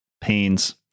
Pains